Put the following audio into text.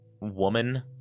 woman